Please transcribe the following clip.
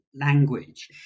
language